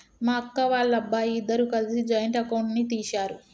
మా అక్క, వాళ్ళబ్బాయి ఇద్దరూ కలిసి జాయింట్ అకౌంట్ ని తీశారు